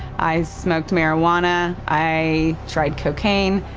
i smoked marijuana. i tried cocaine.